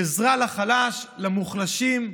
עזרה לחלש, למוחלשים.